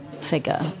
figure